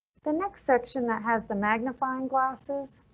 the next section that has the magnifying glasses.